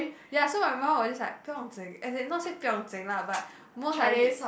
ya so my mum was just like 不用经:buyong jing as in not say 不用经:buyong jing lah but mostly likely